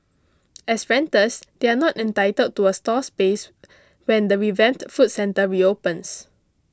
as renters they are not entitled to a stall space when the revamped food centre reopens